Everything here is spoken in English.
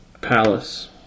Palace